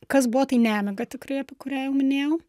kas buvo tai nemiga tikrai apie kurią jau minėjau